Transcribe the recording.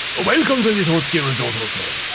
ah welcome to the totsuki resort hotel.